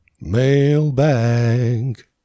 Mailbag